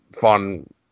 fun